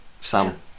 Sam